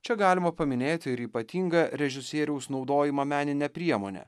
čia galima paminėti ir ypatingą režisieriaus naudojamą meninę priemonę